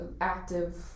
active